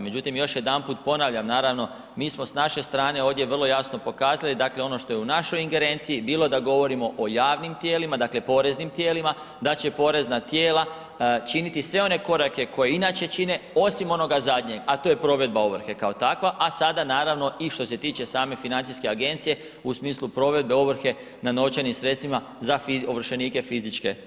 Međutim, još jedanput ponavljam naravno mi smo s naše strane ovdje vrlo jasno pokazali ono što je u našoj ingerenciji, bilo da govorimo o javnim tijelima dakle poreznim tijelima da će porezna tijela činiti sve one korake koje inače čine osim onoga zadnjeg, a to je provedba ovrhe kao takva, a sada naravno i što se tiče same financijske agencije u smislu provedbe ovrhe na novčanim sredstvima za ovršenike fizičke osobe.